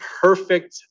perfect